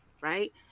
Right